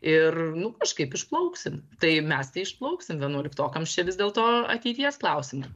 ir nu kažkaip išplauksim tai mes tai išplauksim vienuoliktokams čia vis dėlto ateities klausimai